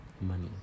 Money